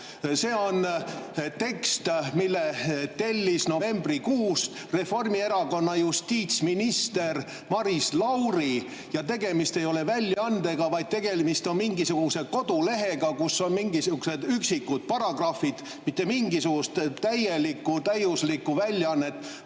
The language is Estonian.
See on tekst, mille tellis novembrikuus Reformierakonna justiitsminister Maris Lauri. Tegemist ei ole väljaandega, vaid tegemist on mingisuguse kodulehega, kus on mingisugused üksikud paragrahvid. Mitte mingisugust täielikku, täiuslikku väljaannet